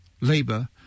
Labour